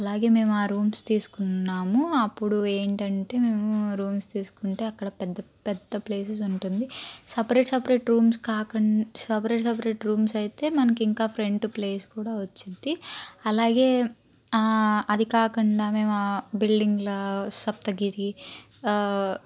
అలాగే మేమ్ ఆ రూమ్స్ తీసుకొని ఉన్నాము అప్పుడు ఏంటి అంటే మేము రూమ్స్ తీసుకుంటే అక్కడ పెద్ద పెద్ద ప్లేసెస్ ఉంటుంది సపరేట్ సపరేట్ రూమ్స్ కాకుండా సపరేట్ సపరేట్ రూమ్స్ అయితే మనకి ఇంకా ఫ్రెంట్ ప్లేస్ కూడా వచ్చింది అలాగే అది కాకుండా మేము బిల్డింగ్ల సప్తగిరి